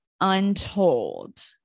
Untold